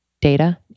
Data